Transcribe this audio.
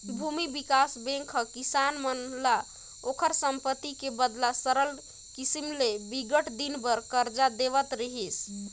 भूमि बिकास बेंक ह किसान मन ल ओखर संपत्ति के बदला सरल किसम ले बिकट दिन बर करजा देवत रिहिस